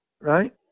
Right